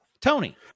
Tony